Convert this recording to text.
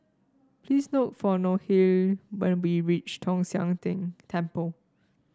please look for Nohely when you be reach Tong Sian Tng Temple